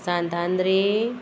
Santa Andre